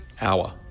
hour